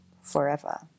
forever